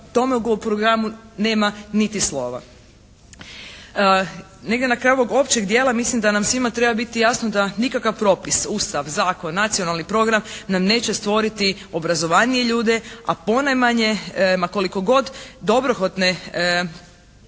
Toga u ovom programu nema niti slova. Negdje na kraju ovog općeg dijela, mislim da nam svima treba biti jasno da nikakav propis, Ustav, zakon, nacionalni program nam neće stvoriti obrazovanije ljude, a ponajmanje ma koliko god dobrohotne